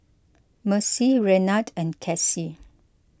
Macie Renard and Casie